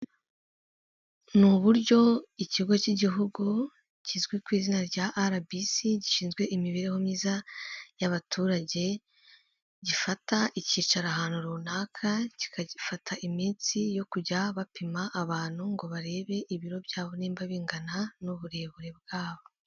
Ni uburyo ikigo cy'Igihugu kizwi ku izina rya RBC gishinzwe imibereho myiza y'abaturage gifata icyicaro ahantu runaka, kikagifata iminsi yo kujya bapima abantu ngo barebe ibiro byabo nimba bingana n'uburebure bwabo.